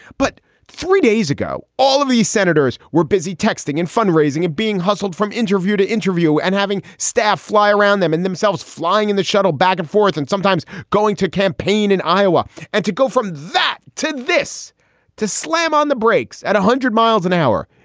but three days ago, all of these senators were busy texting and fundraising and being hustled from interview to interview and having staff fly around them and themselves flying in the shuttle back and forth and sometimes going to campaign in iowa and to go from that to this to slam on the brakes at one hundred miles an hour.